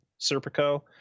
serpico